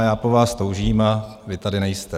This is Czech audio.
Já po vás toužím a vy tady nejste.